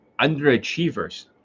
underachievers